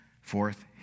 forth